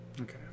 Okay